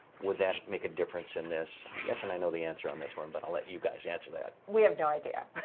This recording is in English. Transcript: would that make a difference in this? i'm guessing i know the answer on this one, but i'll let you guys answer that. we have no idea.